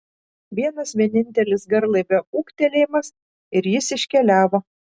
vienas vienintelis garlaivio ūktelėjimas ir jis iškeliavo